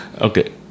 Okay